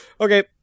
Okay